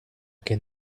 que